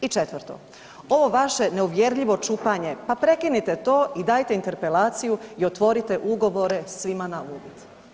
I četvrto, ovo vaše neuvjerljivo čupanje, pa prekinite to i dajte interpelaciju i otvorite ugovore svima na uvid.